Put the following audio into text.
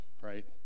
right